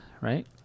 right